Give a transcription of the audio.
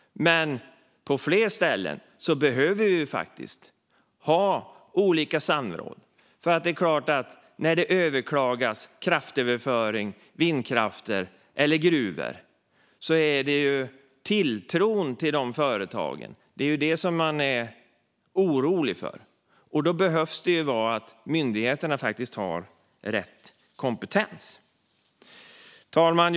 Men på flera ställen behöver vi ha olika samråd. När det överklagas när det gäller kraftöverföring, vindkraft eller gruvor handlar det ju om tilltron till företagen. Det är det som man är orolig för. Då behöver myndigheterna ha rätt kompetens. Herr talman!